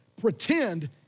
pretend